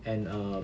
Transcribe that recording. and err